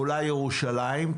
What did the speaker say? אולי ירושלים,